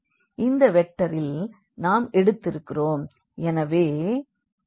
இந்த வெக்டரில் நாம் எடுத்திருக்கிறோம்